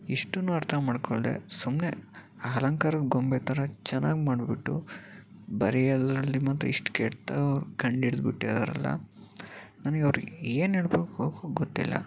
ಇಷ್ಟೂ ಅರ್ಥ ಮಾಡ್ಕೊಳ್ದೆ ಸುಮ್ಮನೆ ಅಲಂಕಾರ ಗೊಂಬೆ ಥರ ಚೆನ್ನಾಗಿ ಮಾಡ್ಬಿಟ್ಟು ಬರೆಯೋದರಲ್ಲಿ ಮತ್ತೆ ಇಷ್ಟು ಕೆಟ್ಟದಾಗಿ ಕಂಡುಹಿಡಿದು ಬಿಟ್ಟಿದ್ದಾರಲ್ಲ ನನಗೆ ಅವರಿಗೆ ಏನು ಹೇಳಬೇಕು ಗೊತ್ತಿಲ್ಲ